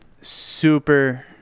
super